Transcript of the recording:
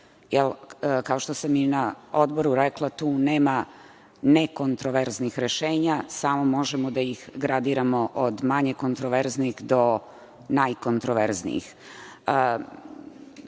kao što sam i na odboru rekla, tu nema nekontroverznih rešenja, samo možemo da ih gradiramo od manje kontroverznih do najkontroverznijih. Pozdravljam